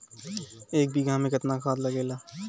एक बिगहा में केतना खाद लागेला?